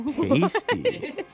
Tasty